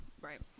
right